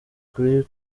kuri